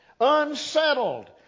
Unsettled